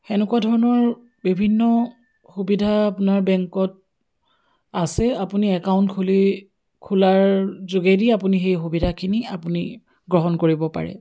তেনেকুৱা ধৰণৰ বিভিন্ন সুবিধা আপোনাৰ বেংকত আছে আপুনি একাউণ্ট খুলি খোলাৰ যোগেদি আপুনি সেই সুবিধাখিনি আপুনি গ্ৰহণ কৰিব পাৰে